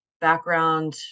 background